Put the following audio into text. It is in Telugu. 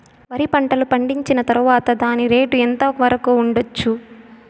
వరి పంటలు పండించిన తర్వాత దాని రేటు ఎంత వరకు ఉండచ్చు